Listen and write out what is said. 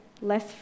less